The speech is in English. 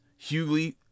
Hughley